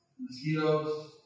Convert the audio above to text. mosquitoes